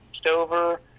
Stover